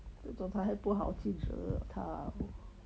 这种他还不去惹他